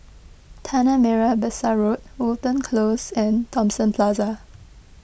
Tanah Merah Besar Road Wilton Close and Thomson Plaza